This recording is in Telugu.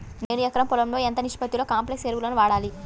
నేను ఎకరం పొలంలో ఎంత నిష్పత్తిలో కాంప్లెక్స్ ఎరువులను వాడాలి?